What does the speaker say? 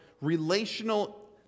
relational